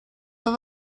oedd